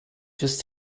just